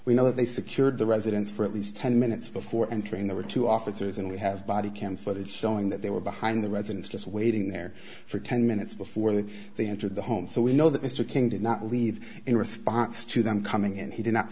we know that they secured the residence for at least ten minutes before entering there were two officers and we have body can footage showing that they were behind the residence just waiting there for ten minutes before that they entered the home so we know that mr king did not leave in response to them coming and he did not